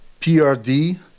PRD